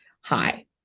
hi